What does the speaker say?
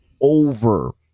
over